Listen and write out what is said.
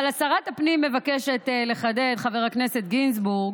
אבל שרת הפנים מבקשת לחדד, חבר הכנסת גינזבורג,